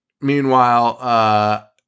meanwhile